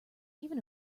even